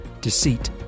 deceit